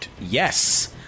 Yes